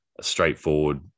straightforward